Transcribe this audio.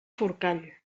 forcall